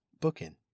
booking